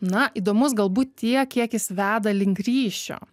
na įdomus galbūt tiek kiek jis veda link ryšio